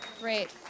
Great